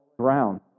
ground